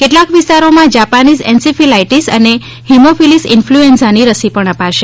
કેટલાંક વિસ્તારોમાં Japanese encephalitis અને હિમોફીલીસ ઇન્ફલ્યુએનઝાની રસી પણ અપાશે